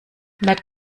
let